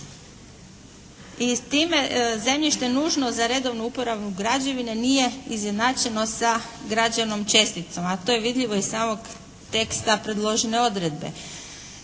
I s time zemljište nužno za redovnu uporabu građevine nije izjednačeno sa građevnom česticom, a to je vidljivo iz samog teksta predložene odredbe.